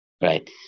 right